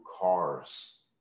cars